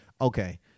okay